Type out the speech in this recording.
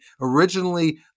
originally